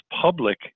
public